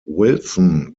wilson